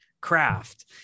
craft